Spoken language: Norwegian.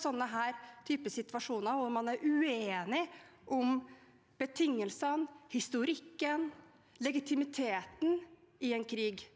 sånne typer situasjoner, hvor man er uenige om betingelsene, historikken og legitimiteten i en krig.